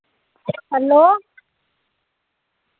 hello